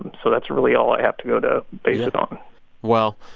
and so that's really all i have to go to base it on well,